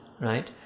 right